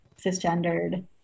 cisgendered